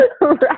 right